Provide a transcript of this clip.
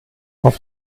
auf